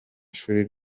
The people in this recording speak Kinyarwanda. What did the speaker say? ishuri